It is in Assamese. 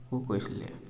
ও কৈছিলে